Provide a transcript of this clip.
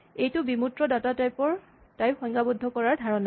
এইটো বিমূৰ্ত data type সংজ্ঞাবদ্ধ কৰাৰ ধাৰণা